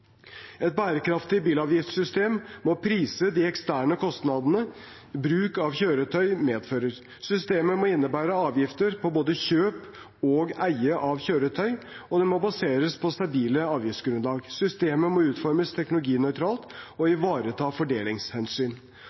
Et bærekraftig bilavgiftssystem må prise de eksterne kostnadene bruk av kjøretøy medfører. Systemet må innebære avgifter på både kjøp og eie av kjøretøy, og det må baseres på stabile avgiftsgrunnlag. Systemet må utformes teknologinøytralt og ivareta fordelingshensyn.